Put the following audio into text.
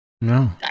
No